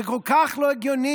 זה כל כך לא הגיוני